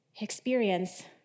experience